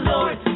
Lord